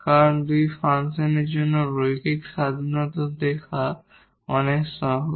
কারণ দুটি ফাংশনের জন্য লিনিয়ার ইন্ডিপেন্ডেট দেখা অনেক সহজ